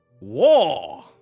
war